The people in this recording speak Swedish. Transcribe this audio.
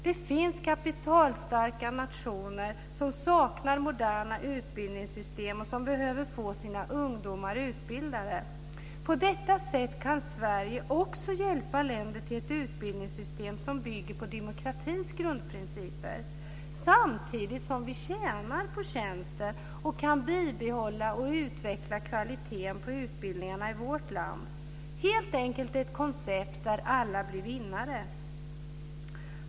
Det finns kapitalstarka nationer som saknar moderna utbildningssystem och som behöver få sina ungdomar utbildade. På detta sätt kan Sverige hjälpa länder till ett utbildningssystem som bygger på demokratins grundprinciper samtidigt som vi tjänar på tjänsten och kan behålla och utveckla kvaliteten på utbildningarna i vårt land. Det är helt enkelt ett koncept där alla blir vinnare.